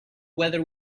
whether